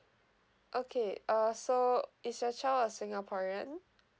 okay uh so is your child a singaporean